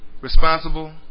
Responsible